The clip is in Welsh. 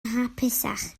hapusach